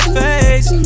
face